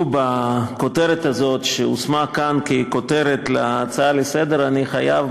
בכותרת הזאת שהושמה כאן ככותרת להצעה לסדר-היום.